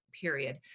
period